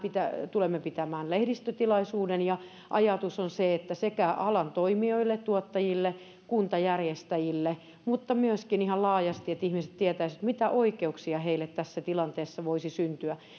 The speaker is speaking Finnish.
tulemme pitämään lehdistötilaisuuden ja ajatus on että se on sekä alan toimijoille tuottajille ja kuntajärjestäjille että myöskin ihan laajasti että ihmiset tietäisivät mitä oikeuksia heille tässä tilanteessa voisi syntyä